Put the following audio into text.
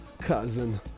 cousin